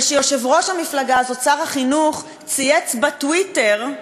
ושיושב-ראש המפלגה הזאת, שר החינוך, צייץ בטוויטר,